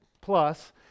plus